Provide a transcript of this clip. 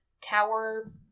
tower